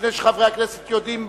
לפני שחברי הכנסת יודעים,